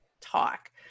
talk